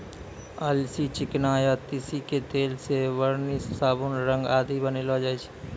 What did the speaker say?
अलसी, चिकना या तीसी के तेल सॅ वार्निस, साबुन, रंग आदि बनैलो जाय छै